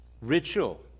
ritual